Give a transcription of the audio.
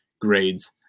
grades